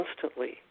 constantly